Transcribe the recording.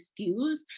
skews